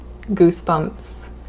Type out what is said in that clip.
Goosebumps